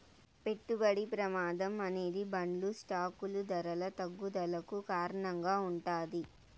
పెట్టుబడి ప్రమాదం అనేది బాండ్లు స్టాకులు ధరల తగ్గుదలకు కారణంగా ఉంటాది